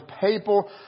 people